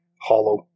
hollow